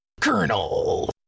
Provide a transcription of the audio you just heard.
colonel